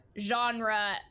genre